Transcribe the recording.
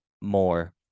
more